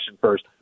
first